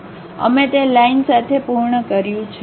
અમે તે લાઇન સાથે પૂર્ણ કર્યું છે